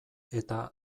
eta